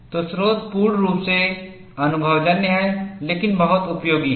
तो स्रोत पूर्ण रूप से अनुभवजन्य है लेकिन बहुत उपयोगी है